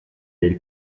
del